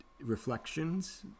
reflections